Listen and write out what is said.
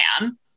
man